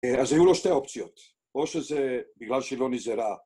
אה, אז היו לו שתי אופציות. או שזה בגלל שלא נזהרה…